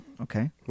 Okay